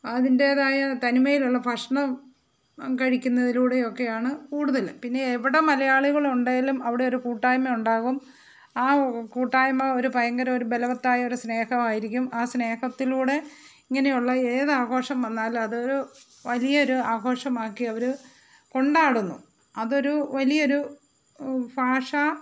അതിൻ്റേതായ തനിമയിലുള്ള ഭക്ഷണം കഴിക്കുന്നതിലൂടെ ഒക്കെയാണ് കൂടുതലും പിന്നെ എവിടെ മലയാളികൾ ഉണ്ടേങ്കിലും അവിടെയൊരു കൂട്ടായ്മ ഉണ്ടാവും ആ കൂട്ടായ്മ ഒരു ഭയങ്കര ഒരു ബലവത്തായൊരു സ്നേഹമായിരിക്കും ആ സ്നേഹത്തിലൂടെ ഇങ്ങനെയുള്ള ഏത് ആഘോഷം വന്നാലും അതൊരു വലിയൊരു ആഘോഷമാക്കി അവർ കൊണ്ടാടുന്നു അതൊരു വലിയ ഒരു ഭാഷ